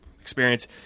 experience